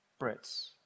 Brits